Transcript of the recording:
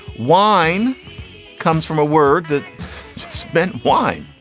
wine comes from a word that spent wine.